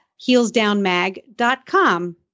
heelsdownmag.com